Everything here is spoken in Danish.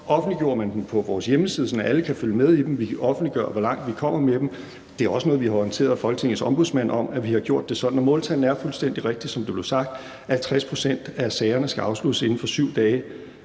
offentliggjorde man dem på vores hjemmeside, sådan at alle kan følge med i dem. Vi offentliggør, hvor langt vi kommer med dem, og vi har også orienteret Folketingets Ombudsmand om, at vi har gjort det sådan, og måltallene er fuldstændig rigtigt, som det blev sagt, at 50 pct. af sagerne skal afsluttes inden for 7 dage.